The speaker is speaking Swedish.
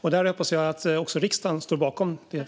Jag hoppas att också riksdagen står bakom detta.